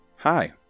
Hi